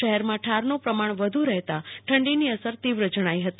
શહેરમાં ઠારનું પ્રમાણમાં વધુ રહેતા ઠંડીની અસર તીવ્ર જણઈ હતી